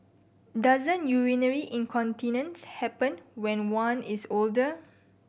doesn't urinary incontinence happen when one is older